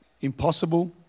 impossible